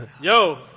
Yo